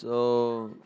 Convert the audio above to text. so